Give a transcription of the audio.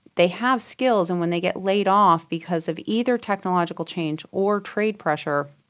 they have skills, and when they get laid off because of either technological change or trade pressure,